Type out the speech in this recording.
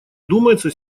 думается